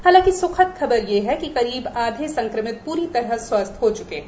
हालांकि सुखद खबर यह है कि करीब आधे संक्रमित पूरी तरह स्वस्थ हो च्के हैं